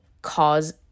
cause